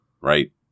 Right